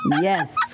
yes